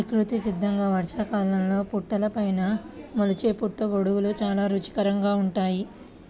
ప్రకృతి సిద్ధంగా వర్షాకాలంలో పుట్టలపైన మొలిచే పుట్టగొడుగులు చాలా రుచికరంగా ఉంటాయి